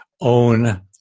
own